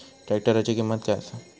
ट्रॅक्टराची किंमत काय आसा?